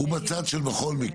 הוא בצד של "בכל מקרה".